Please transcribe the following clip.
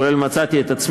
כולל את עצמי,